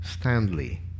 Stanley